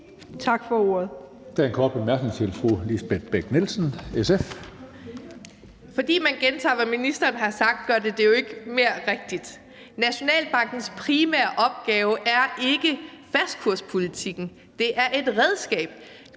Fordi man gentager, hvad ministeren har sagt, gør det det jo ikke mere rigtigt. Nationalbankens primære opgave er ikke fastkurspolitikken – den er et redskab.